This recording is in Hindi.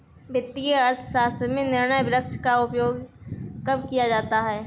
वित्तीय अर्थशास्त्र में निर्णय वृक्ष का उपयोग कब किया जाता है?